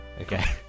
Okay